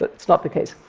that's not the case.